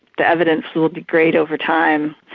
the evidence will degrade over time.